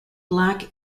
black